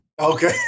Okay